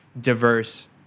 diverse